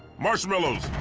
marshmallows,